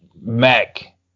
mac